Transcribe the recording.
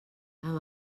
amb